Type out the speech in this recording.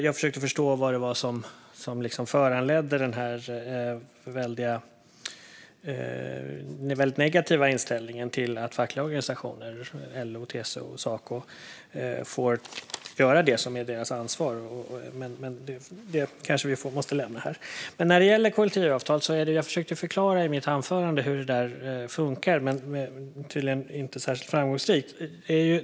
Jag försökte förstå vad som föranledde den väldigt negativa inställningen till att fackliga organisationer - LO, TCO, Saco - får göra det som är deras ansvar. Men vi kanske måste lämna det. När det gäller kollektivavtal försökte jag i mitt anförande förklara hur det funkar - tydligen inte särskilt framgångsrikt.